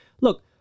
Look